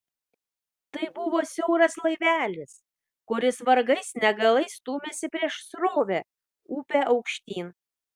tai buvo siauras laivelis kuris vargais negalais stūmėsi prieš srovę upe aukštyn